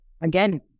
again